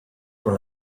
con